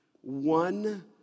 one